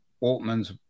Altman's